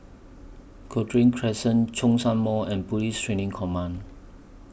Cochrane Crescent Zhongshan Mall and Police Training Command